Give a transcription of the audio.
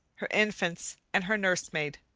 her infants, and her nurse-maid.